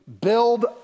build